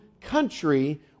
country